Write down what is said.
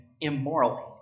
immorally